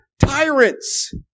tyrants